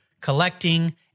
collecting